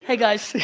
hey guys.